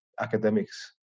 academics